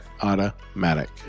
automatic